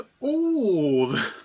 old